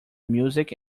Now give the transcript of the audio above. music